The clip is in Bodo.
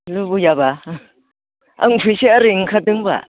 लुबैयाब्ला आंनि फैसाया ओरैनो ओंखारदों होमब्ला